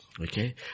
okay